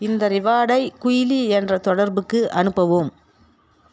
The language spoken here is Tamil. இந்த ரிவார்டை குயிலி என்ற தொடர்புக்கு அனுப்பவும்